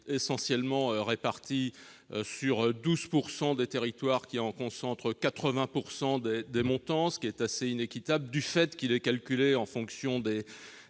essentiellement réparti sur 12 % des territoires qui en concentrent 80 % des montants, ce qui est assez inéquitable. En effet, celui-ci est calculé en fonction des